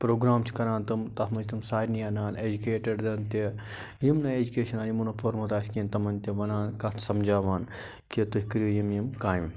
programme چھِ کَران تِم تَتھ منٛز چھِ تِم سارنٕے آنان اٮ۪جِکیٹِڈ زَن تہِ یِم نہٕ اٮ۪جکیشن ٲں یِمو نہٕ پۄرمُت آسہِ کِہینۍ تِمن تہِ وَنان کَتھ سمجھاوان کہِ تُہۍ کٔرِو یِم یِم کامہِ